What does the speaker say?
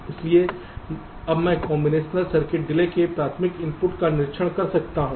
इसलिए अब मैं कॉम्बिनेशनल सर्किट डिले के प्राथमिक आउटपुट का निरीक्षण कर सकता हूं